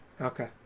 okay